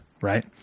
Right